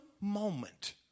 moment